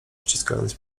ściskając